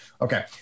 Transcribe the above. Okay